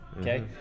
okay